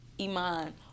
Iman